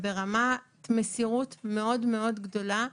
וברמת מסירות מאוד גבוהה,